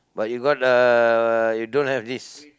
but you got uh you don't have this